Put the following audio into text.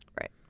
Right